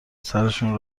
سرشون